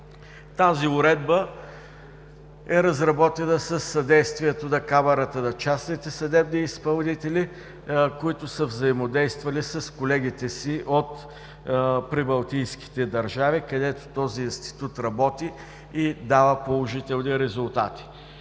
Тази уредба е разработена със съдействието на Камарата на частните съдебни изпълнители, които са взаимодействали с колегите си от прибалтийските държави, където този институт работи и дава положителни резултати.